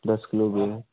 दस किलो